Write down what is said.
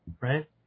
right